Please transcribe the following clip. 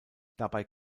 dabei